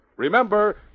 Remember